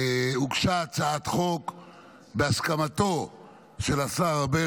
הוגשה הצעת חוק בהסכמתו של השר ארבל,